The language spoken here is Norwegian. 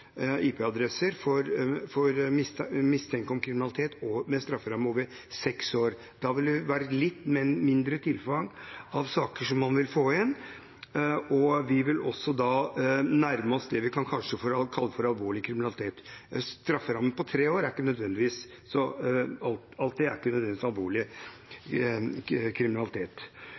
for mistanke om kriminalitet med en strafferamme på over seks år. Da vil det være litt mindre tilfang av saker man får inn, og vi vil da også nærme oss det vi kanskje kan kalle alvorlig kriminalitet. En strafferamme på tre år betyr ikke nødvendigvis alltid alvorlig kriminalitet. Så ønsker vi at denne saken skal evalueres. Målet med